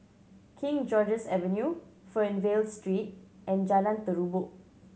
King George's Avenue Fernvale Street and Jalan Terubok